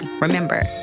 Remember